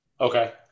Okay